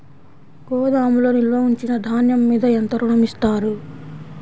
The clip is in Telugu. గోదాములో నిల్వ ఉంచిన ధాన్యము మీద ఎంత ఋణం ఇస్తారు?